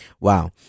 Wow